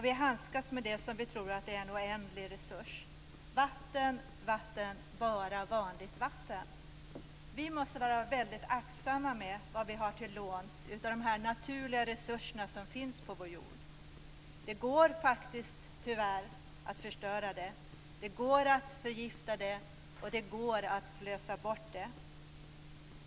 Vi handskas med det som om vi tror att det är en oändlig resurs. Vatten, vatten, bara vanligt vatten. Vi måste vara väldigt aktsamma med det vi har till låns av de naturliga resurser som finns på vår jord. Det går faktiskt tyvärr att förstöra det. Det går att förgifta det. Det går att slösa bort det.